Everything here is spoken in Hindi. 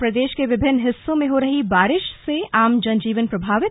और प्रदेश के विभिन्न हिस्सों में हो रही बारिश से आम जन जीवन प्रभावित